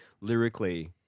lyrically